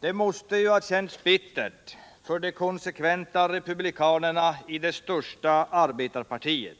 Det måste ha känts bittert för de konsekventa republikanerna i det största arbetarpartiet,